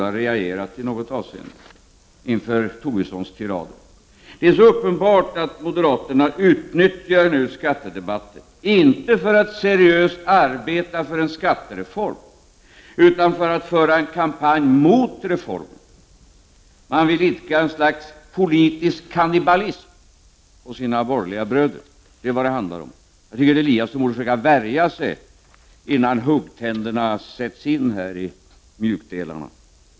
Men ni vägrar systematiskt att tala om vad era egna nedskärningar skulle betyda i kommuner och i statlig verksamhet för människor som är gamla, sjuka och arbetslösa. Är det möjligen andra som skall betala moderaternas skattesänkningar? Jag tycker att Ingemar Eliasson i något avseende borde ha reagerat inför Lars Tobissons tirader. Det är så uppenbart att moderaterna utnyttjar skattedebatten — inte för att seriöst arbeta för en skattereform, utan för att föra en kampanj mot reformer. Man vill idka ett slags politisk kannibalism på sina borgerliga bröder — det är vad det hela handlar om. Jag tycker att Ingemar Eliasson borde försöka att värja sig innan huggtänderna sätts in i mjukdelarna.